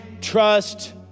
trust